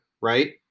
right